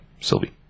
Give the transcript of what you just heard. Sylvie